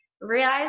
realize